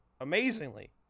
amazingly